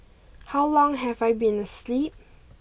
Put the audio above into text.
how long have I been asleep